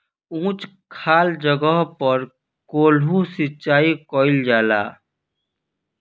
उच्च खाल जगह पर कोल्हू सिचाई कइल जाला